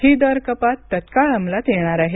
ही दर कपात तत्काळ अमलात येणार आहे